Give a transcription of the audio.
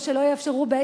או שלא יאפשרו,